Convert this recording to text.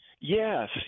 Yes